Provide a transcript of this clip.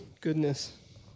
Goodness